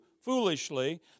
foolishly